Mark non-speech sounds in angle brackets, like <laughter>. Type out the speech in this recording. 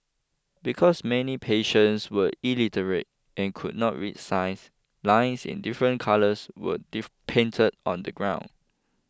because many patients were illiterate and could not read signs lines in different colours were <unintelligible> painted on the ground